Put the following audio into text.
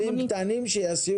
אם הם ירצו